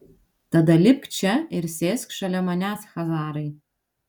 tada lipk čia ir sėsk šalia manęs chazarai